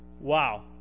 wow